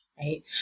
right